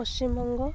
Paschim Banga